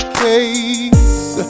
case